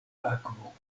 akvo